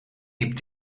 liep